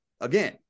Again